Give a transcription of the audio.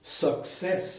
success